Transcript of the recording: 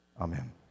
Amen